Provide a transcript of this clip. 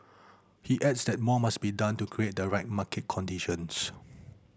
he adds that more must be done to create the right market conditions